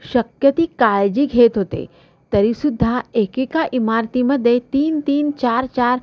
शक्य ती काळजी घेत होते तरीसुद्धा एकेका इमारतीमध्ये तीन तीन चार चार